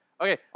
Okay